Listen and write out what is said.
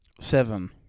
Seven